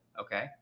okay